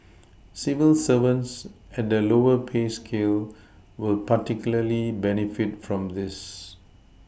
civil servants at the lower pay scale will particularly benefit from this